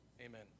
Amen